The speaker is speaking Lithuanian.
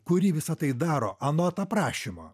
kuri visą tai daro anot aprašymo